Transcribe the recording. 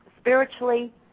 spiritually